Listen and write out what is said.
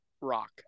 rock